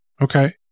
okay